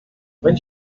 when